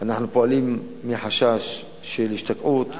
אנחנו פועלים מחשש של השתקעות,